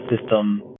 system